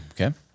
okay